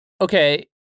Okay